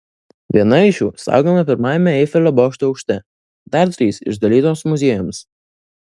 viena iš jų saugoma pirmajame eifelio bokšto aukšte dar trys išdalytos muziejams